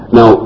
Now